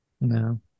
No